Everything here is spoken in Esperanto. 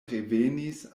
revenis